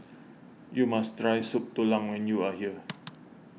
you must try Soup Tulang when you are here